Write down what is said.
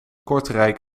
kortrijk